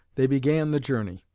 they began the journey.